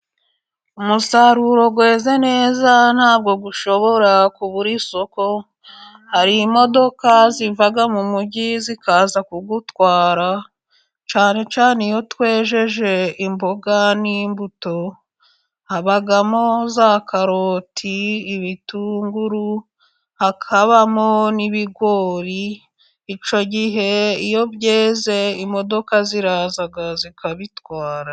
Umusaruro weze neza ntabwo ushobora kubura isoko. Hari imodoka ziva mu mugi zikaza kuwutwara, cyane cyane iyo twejeje imboga n'imbuto, habamo za karoti, ibitunguru, hakabamo n'ibigori. Icyo gihe iyo byeze, imodoka ziraza zikabitwara.